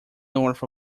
north